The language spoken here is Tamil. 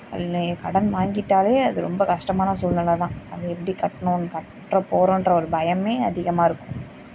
அதிலே கடன் வாங்கிவிட்டாலே அது ரொம்ப கஷ்டமான சூழ்நிலை தான் அதை எப்படி கட்டணும் கட்ட போகிறோன்ற ஒரு பயமே அதிகமாக இருக்கும்